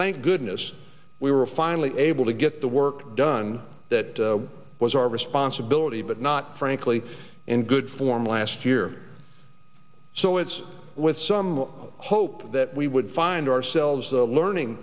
thank goodness we were finally able to get the work done that was our responsibility but not frankly in good form last year so it's with some hope that we would find ourselves the learning